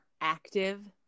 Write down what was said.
active